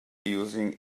using